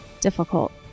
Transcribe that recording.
difficult